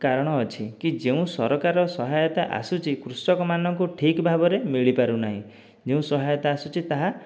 କାରଣ ଅଛି କି ଯେଉଁ ସରକାର ସହାୟତା ଆସୁଛି କୃଷକମାନଙ୍କୁ ଠିକ ଭାବରେ ମିଳିପାରୁନାହିଁ ଯେଉଁ ସହାୟତା ଆସୁଛି ତାହା